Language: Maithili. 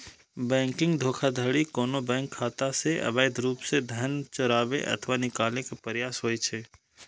बैंकिंग धोखाधड़ी कोनो बैंक खाता सं अवैध रूप सं धन चोराबै अथवा निकाले के प्रयास होइ छै